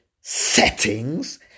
Settings